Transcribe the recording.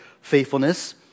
faithfulness